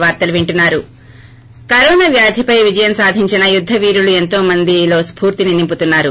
break corona వ్యాధిపై విజయం సాధించిన యుద్ద వీరులు ఎంతో మందిలో స్పూర్తిని నింపుతున్నారు